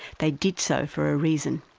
they did so for a reason.